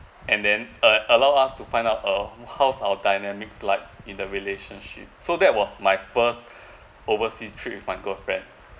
and then uh allow us to find out uh how's our dynamics like in a relationship so that was my first overseas trip with my girlfriend